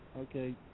Okay